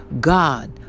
God